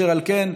אשר על כן,